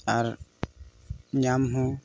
ᱟᱨ ᱧᱟᱢ ᱦᱚᱸ